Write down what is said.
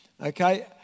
Okay